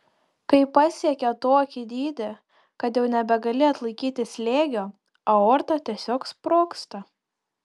kai pasiekia tokį dydį kad jau nebegali atlaikyti slėgio aorta tiesiog sprogsta